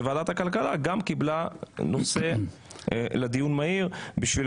וועדת הכלכלה גם קיבלה נושא לדיון מהיר בשביל